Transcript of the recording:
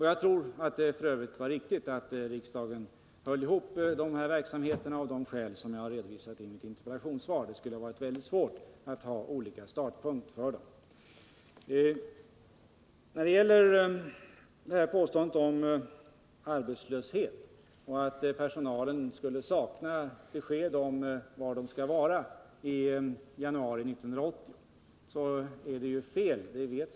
Jag tror att det f. ö. var riktigt att riksdagen höll ihop dessa verksamheter av skäl som jag redovisat i mitt interpellationssvar. Det skulle ha varit väldigt svårt med olika startpunkter. När det gäller påståendet om arbetslöshet samt om att personalen skulle sakna besked om var man skall vara i januari 1980 vill jag säga att det är felaktigt.